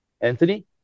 Anthony